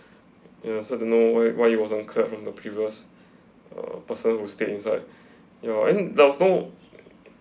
ya so I don't know why why it wasn't cleared from the previous uh person who stayed inside your and there was no